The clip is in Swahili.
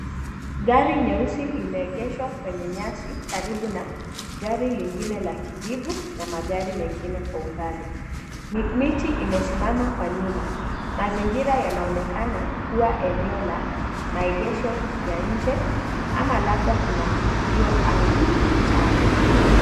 Gari nyeusi limeegeshwa kwenye nyasi karibu na gari lingine la kijivu na magari mengine kwa umbali, miti imesimama kwa nyuma, maingira yanaonekana kuwa eneo la maegesho ya nje ama labda kuna tukio au mkutano.